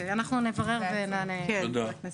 נברר ונענה, חבר הכנסת.